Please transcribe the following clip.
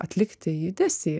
atlikti judesį